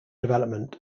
development